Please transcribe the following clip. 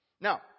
Now